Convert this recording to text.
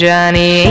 Johnny